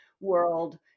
world